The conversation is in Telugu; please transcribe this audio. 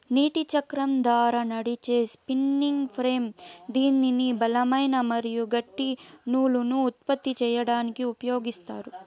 నీటి చక్రం ద్వారా నడిచే స్పిన్నింగ్ ఫ్రేమ్ దీనిని బలమైన మరియు గట్టి నూలును ఉత్పత్తి చేయడానికి ఉపయోగిత్తారు